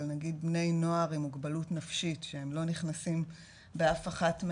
אבל נגיד בני נוער עם מוגבלות נפשית שהם לא נכנסים באף אחת,